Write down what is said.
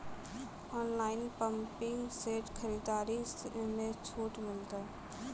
Online pumping set खरीदारी मे छूट मिलता?